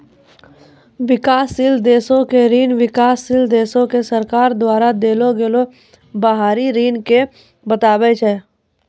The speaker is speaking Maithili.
विकासशील देशो के ऋण विकासशील देशो के सरकार द्वारा देलो गेलो बाहरी ऋण के बताबै छै